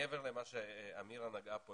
מעבר למה שאמירה נגעה בו,